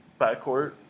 backcourt